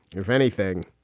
if anything,